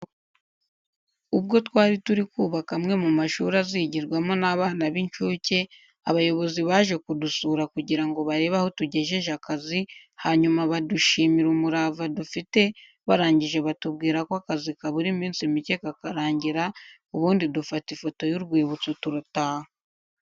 Ubwo twari turi kubaka amwe mu mashuri azigirwamo n'abana b'incuke abayobozi baje kudusura kugira ngo barebe aho tugejeje akazi hanyuma badushimira umurava dufite barangije batubwira ko akazi kabura iminsi mike kakarangira ubundi dufata ifoto y'urwibutso turataha.